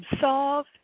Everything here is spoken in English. solve